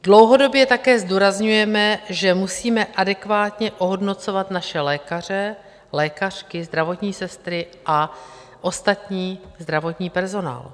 Dlouhodobě také zdůrazňujeme, že musíme adekvátně ohodnocovat naše lékaře, lékařky, zdravotní sestry a ostatní zdravotní personál.